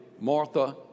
Martha